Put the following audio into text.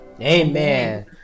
Amen